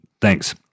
Thanks